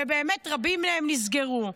ובאמת רבות מהן נסגרו.